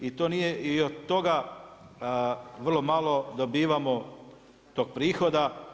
I to nije i od toga vrlo malo dobivamo tog prihoda.